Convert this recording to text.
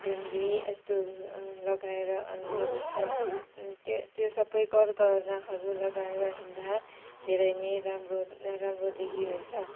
ढुङ्ग्री यस्तो लगाएर लगाउँछ त्यो सबै गरगहनाहरू लगाएर हिँड्दा धेरै नै राम्रो राम्रो देखिहाल्छ